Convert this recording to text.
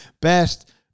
Best